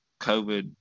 COVID